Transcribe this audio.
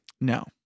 No